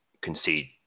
concede